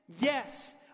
yes